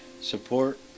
support